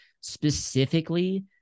specifically